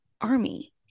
Army